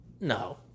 No